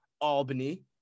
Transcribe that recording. Albany